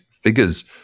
Figures